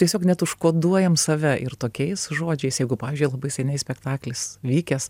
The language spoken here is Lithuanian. tiesiog net užkoduojam save ir tokiais žodžiais jeigu pavyzdžiui labai seniai spektaklis vykęs